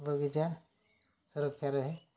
ବଗିଚା ସୁରକ୍ଷା ରହେ